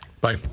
Bye